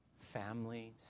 families